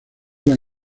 las